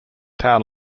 town